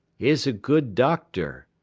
is a good doctor.